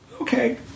Okay